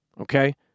okay